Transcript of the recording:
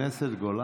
חברת הכנסת גולן.